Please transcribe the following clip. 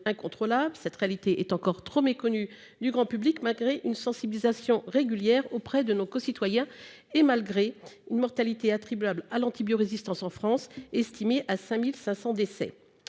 Cette réalité est encore trop méconnue du grand public, malgré une sensibilisation régulière de nos concitoyens et une mortalité attribuable à l'antibiorésistance en France estimée à 5 500 décès.